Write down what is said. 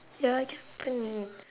ya I can't open it